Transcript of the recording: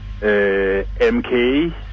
MK